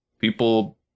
people